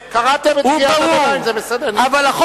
קראתם את קריאת הביניים, זה בסדר, היא נשמעה.